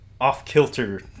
off-kilter